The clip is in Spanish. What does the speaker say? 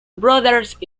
brothers